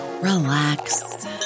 relax